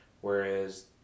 Whereas